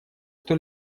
кто